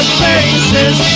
faces